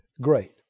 great